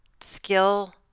skill